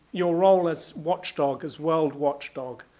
your role as watchdog, as world watchdog,